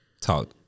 Talk